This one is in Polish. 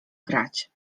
grać